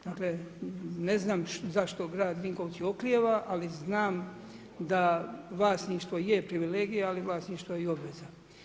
Dakle, ne znam, zašto grad Vinkovci oklijeva, ali znam, da vlasništvo je privilegija, ali vlasništvo je i obveza.